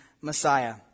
Messiah